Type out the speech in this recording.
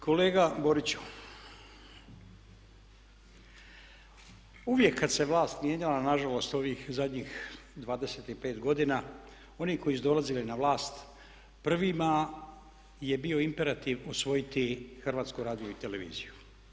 Kolega Boriću, uvijek kada se vlast mijenjala, nažalost ovih zadnjih 25 godina oni koji su dolazili na vlast prvima je bio imperativ osvojiti HRT.